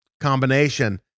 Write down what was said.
combination